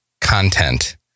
content